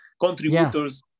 contributors